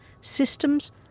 Systems